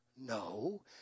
No